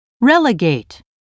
relegate